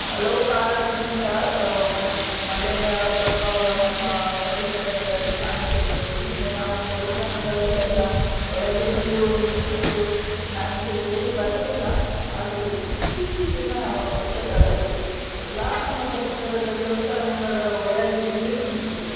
ಹಲವು ಕಾರಣದಿಂದ ಮಳೆ ಮಳೆಯ ಪ್ರಭಾವ ನಮ್ಮ ಪರಿಸರದಲ್ಲಿ ಕಾಣಸಿಗ್ತದೆ ಹಿಂದೆ ನಾವು ದೇವಸ್ಥಾನಗಳಲೆಲ್ಲ ಒಳಗೆ ನೀರು ನುಗ್ಗಿದ್ದು ನಮ್ಗೆ ಕೇಳಿ ಬರಲಿಲ್ಲ ಆದರೆ ಇತ್ತೀಚಿಗಿನ ವರ್ಷಗಳಲ್ಲಿ ಎಲ್ಲಾ ನಮ್ಮ ಪರಿಸರದ ದೇವಸ್ಥಾನಗಳ ಒಳಗೆ ನೀರು ನುಗ್ಗಿದೆ